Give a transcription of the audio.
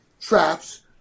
traps